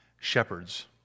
shepherds